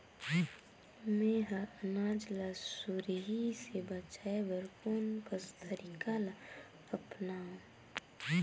मैं ह अनाज ला सुरही से बचाये बर कोन कस तरीका ला अपनाव?